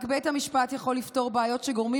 רק בית המשפט יכול לפתור בעיות שגורמים